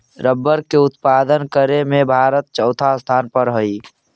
rubber के उत्पादन करे में भारत चौथा स्थान पर हई